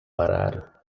parar